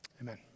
Amen